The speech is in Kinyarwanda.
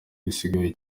gisigaye